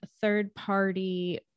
third-party